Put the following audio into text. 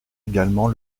également